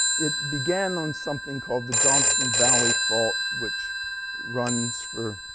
it began on something called the johnson valley fault which runs for,